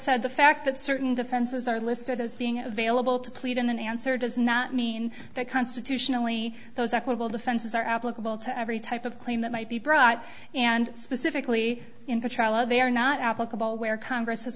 said the fact that certain defenses are listed as being available to plead in an answer does not mean that constitutionally those equable defenses are applicable to every type of claim that might be brought and specifically they are not applicable where congress